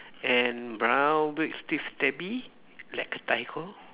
and brown big st~ stubby like a tiger